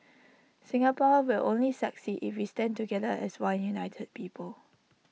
Singapore will only succeed if we stand together as one united people